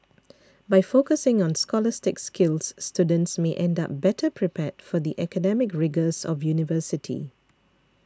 by focusing on scholastic skills students may end up better prepared for the academic rigours of university